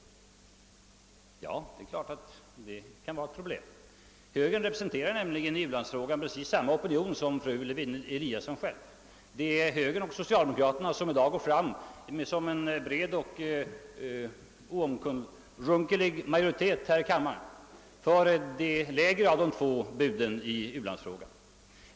Ja, det är klart att det kan vara ett problem; högern representerar nämligen i u-landsfrågan samma opinion som fru Lewén-Eliasson. Det är högern och socialdemokraterna som i dag går fram som en oövervinnerlig majoritet här i kammaren för det lägre av de två buden i u-landsfrågan.